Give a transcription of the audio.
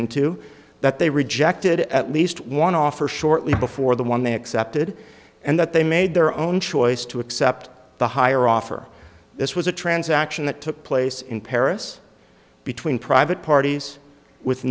into that they rejected at least one offer shortly before the one they accepted and that they made their own choice to accept the higher offer this was a transaction that took place in paris between private parties with